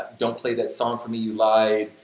don't play that song for me you lied,